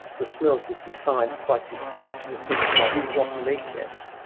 the smells which we find quite displeasing things like rotten egg gas,